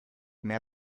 mehr